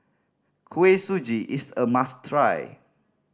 Kuih Suji is a must try